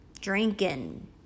drinking